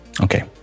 Okay